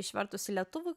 išvertus į lietuvių